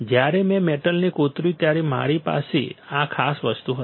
જ્યારે મેં મેટલને કોતર્યું ત્યારે મારી પાસે આ ખાસ વસ્તુ હશે